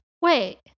Wait